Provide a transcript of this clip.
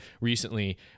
recently